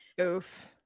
Oof